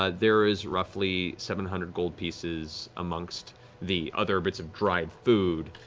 ah there is roughly seven hundred gold pieces amongst the other bits of dried food,